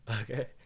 Okay